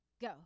Go